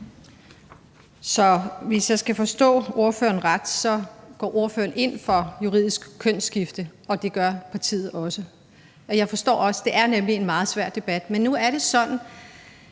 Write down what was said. Så hvis jeg skal forstå ordføreren ret, går ordføreren ind for juridisk kønsskifte, og det gør partiet også. Jeg forstår også, at det nemlig er en meget svær debat. Men nu er det sådan,